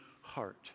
heart